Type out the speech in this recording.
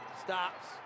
stops